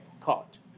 caught